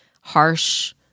harsh